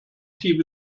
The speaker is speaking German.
tief